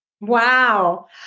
Wow